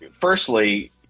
firstly